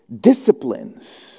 disciplines